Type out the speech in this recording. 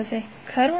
ખરું ને